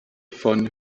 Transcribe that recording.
von